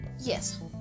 Yes